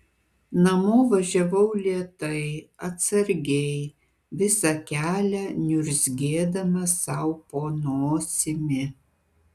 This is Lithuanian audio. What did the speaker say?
namo važiavau lėtai atsargiai visą kelią niurzgėdama sau po nosimi